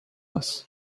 است